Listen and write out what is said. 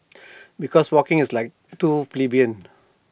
because walking is like too plebeian